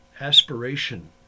aspiration